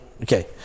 okay